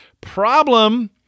Problem